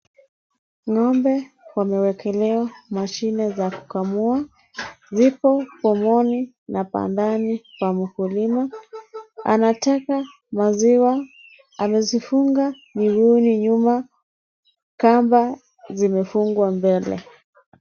Ngombe wamewekelewa mashine za kukamua, zipo pomoni na bandani pa mkulima, anataka maziwa, amezifunga miguuni nyuma kamba zimefungwa mbele.